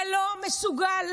ולא מסוגל,